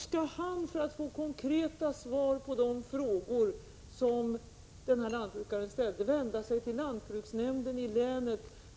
skall han för att få konkreta svar på sina frågor vända sig till lantbruksnämnden i länet.